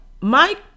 Mike